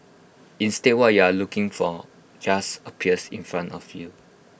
instead what you aren't looking for just appears in front of you